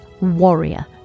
warrior